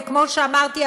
וכמו שאמרתי,